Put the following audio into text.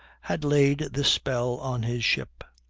had laid this spell on his ship.